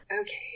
Okay